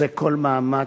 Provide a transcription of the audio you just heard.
עושה כל מאמץ,